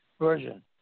version